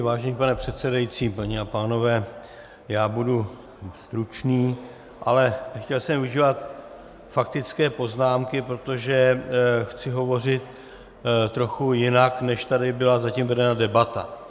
Vážený pane předsedající, paní a pánové, já budu stručný, ale nechtěl jsem využívat faktické poznámky, protože chci hovořit trochu jinak, než tady byla zatím vedena debata.